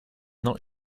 not